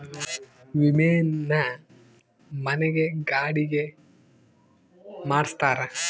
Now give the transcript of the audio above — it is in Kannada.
ವಿಮೆನ ಮನೆ ಗೆ ಗಾಡಿ ಗೆ ಮಾಡ್ಸ್ತಾರ